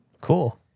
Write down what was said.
Cool